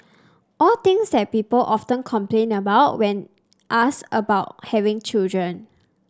all things that people often complain about when asked about having children